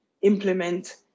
implement